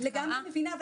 אני לגמרי מבינה.